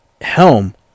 helm